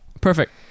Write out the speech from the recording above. Perfect